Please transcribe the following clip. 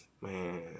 man